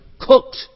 cooked